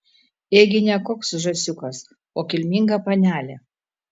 ėgi ne koks žąsiukas o kilminga panelė